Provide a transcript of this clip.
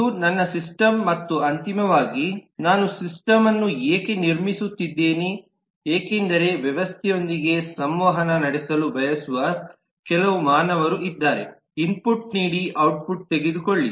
ಇದು ನನ್ನ ಸಿಸ್ಟಮ್ ಮತ್ತು ಅಂತಿಮವಾಗಿ ನಾನು ಸಿಸ್ಟಮ್ನ್ನು ಏಕೆ ನಿರ್ಮಿಸುತ್ತಿದ್ದೇನೆ ಏಕೆಂದರೆ ವ್ಯವಸ್ಥೆಯೊಂದಿಗೆ ಸಂವಹನ ನಡೆಸಲು ಬಯಸುವ ಕೆಲವು ಮಾನವರು ಇದ್ದಾರೆಇನ್ಪುಟ್ ನೀಡಿ ಔಟ್ಪುಟ್ ತೆಗೆದುಕೊಳ್ಳಿ